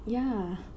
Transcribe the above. ya